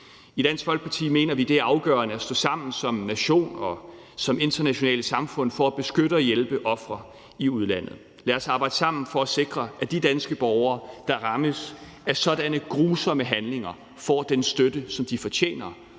I Dansk Folkeparti mener vi, at det er afgørende at stå sammen som nation og som internationalt samfund for at beskytte og hjælpe ofre i udlandet. Lad os arbejde sammen for at sikre, at de danske borgere, der rammes af sådanne grusomme handlinger, får den støtte, som de fortjener,